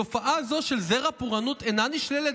תופעה זו של זרע פורענות אינה נשללת